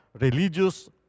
religious